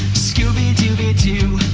scooby-dooby-doo,